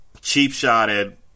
cheap-shotted